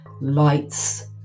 lights